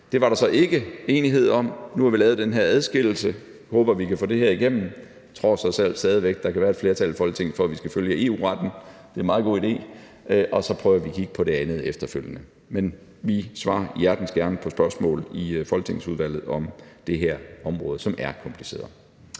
Det var der så ikke enighed om, men nu har vi lavet den her adskillelse, og jeg håber, vi kan få det her igennem, og jeg tror så trods alt stadig væk, der kan være et flertal i Folketinget for, at vi skal følge EU-retten, for det er en meget god idé, og så prøver vi at kigge på det andet efterfølgende. Vi svarer hjertens gerne på spørgsmål i Folketingets udvalg om det her område, som er kompliceret.